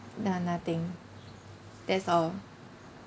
no~ nothing that's all